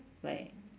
like